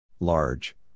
Large